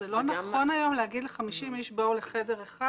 זה לא נכון היום להגיד ל-50 איש בואו לחדר אחד,